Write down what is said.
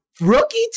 Rookie